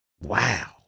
Wow